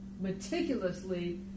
meticulously